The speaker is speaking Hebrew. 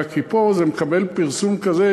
אלא כי פה זה מקבל פרסום כזה,